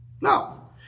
No